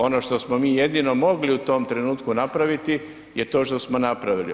Ono što smo mi jedino mogli u tom trenutku napraviti je to što smo napravili.